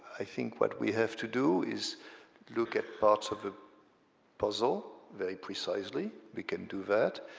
i think what we have to do is look at parts of the puzzle, very precisely, we can do that,